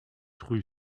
rue